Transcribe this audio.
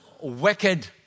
wicked